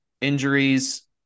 injuries